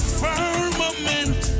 firmament